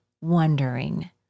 wondering